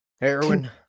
heroin